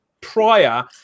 prior